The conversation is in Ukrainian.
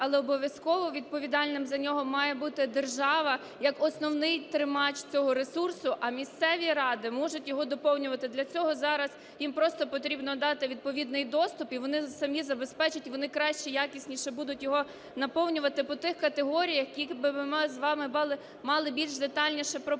але обов'язково відповідальним за нього має бути держава як основний тримач цього ресурсу, а місцеві ради можуть його доповнювати. Для цього зараз їм просто потрібно дати відповідний доступ і вони самі забезпечать, і вони краще, якісніше будуть його наповнювати по тих категоріях, які ми з вами мали більш детальніше прописати.